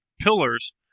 pillars